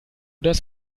das